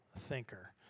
thinker